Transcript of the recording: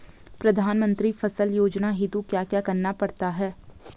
प्रधानमंत्री फसल योजना हेतु क्या क्या करना पड़ता है?